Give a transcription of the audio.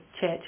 church